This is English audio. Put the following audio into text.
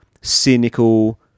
cynical